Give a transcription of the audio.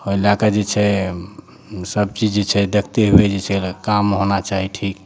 ओहि लैके जे छै सब चीज जे छै देखते हुए काम होना चाही ठीक